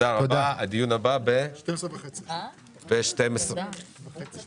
הישיבה ננעלה בשעה 11:00.